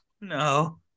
No